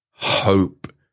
Hope